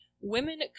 women